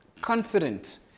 confident